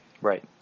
right